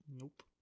Nope